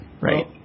Right